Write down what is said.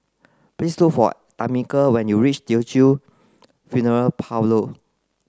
please look for Tamica when you reach Teochew Funeral Parlour